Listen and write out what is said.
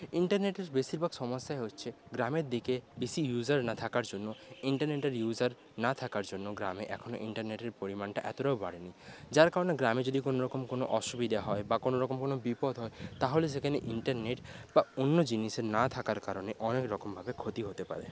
ইন্টারনেটের বেশীরভাগ সমস্যাই হচ্ছে গ্রামের দিকে বেশী ইউজার না থাকার জন্য ইন্টারনেটের ইউজার না থাকার জন্য গ্রামে এখনও ইন্টারনেটের পরিমাণটা এতটাও বাড়েনি যার কারণে গ্রামে যদি কোনোরকম কোনো অসুবিধে হয় বা কোনোরকম কোনো বিপদ হয় তাহলে সেখানে ইন্টারনেট বা অন্য জিনিসের না থাকার কারণে অনেকরকমভাবে ক্ষতি হতে পারে